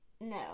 No